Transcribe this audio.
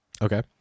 Okay